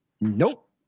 Nope